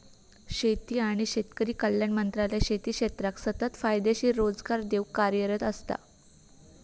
शेती आणि शेतकरी कल्याण मंत्रालय शेती क्षेत्राक सतत फायदेशीर रोजगार देऊक कार्यरत असता